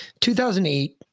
2008